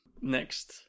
next